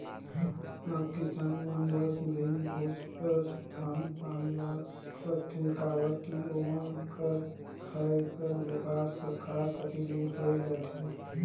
अब किसान मन बस बीहन भोज बर धान पान ल राखथे काबर कि ओमन कर खाए कर जुगाड़ सरकार कती ले होए जाथे